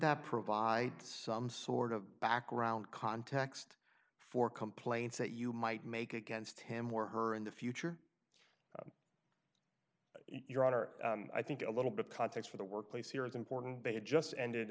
that provide some sort of background context for complaints that you might make against him or her in the future your honor i think a little bit of context for the workplace here is important but it